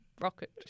rocket